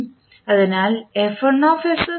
അതിനാൽ ഉം